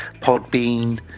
Podbean